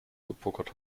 gepokert